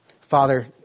Father